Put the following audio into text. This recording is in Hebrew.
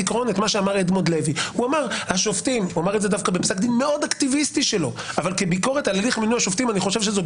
בכלל ספק שלפי כללי ניגוד העניינים שאני מקווה שעוד